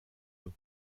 eux